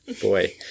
boy